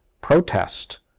protest